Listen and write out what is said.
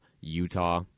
Utah